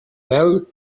mel